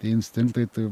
tie instinktai tai